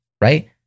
right